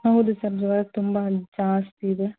ಹೌದು ಸರ್ ಜ್ವರ ತುಂಬ ಜಾಸ್ತಿ ಇದೆ